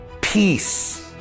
peace